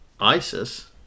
ISIS